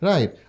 Right